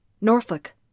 Norfolk